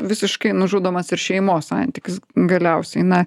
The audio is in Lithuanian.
visiškai nužudomas ir šeimos santykis galiausiai na